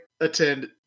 attend